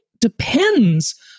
depends